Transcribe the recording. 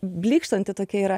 blykštanti tokia yra